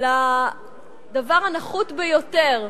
לדבר הנחות ביותר,